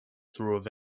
through